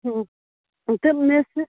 تہٕ مےٚ حظ چھِ